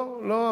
לא, לא.